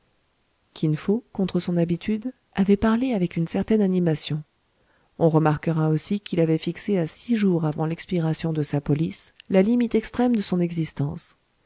une certaine animation on remarquera aussi qu'il avait fixé à six jours avant l'expiration de sa police la limite extrême de son existence